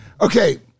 Okay